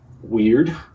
weird